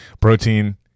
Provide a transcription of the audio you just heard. Protein